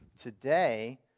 today